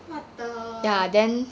what the